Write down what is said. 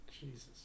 Jesus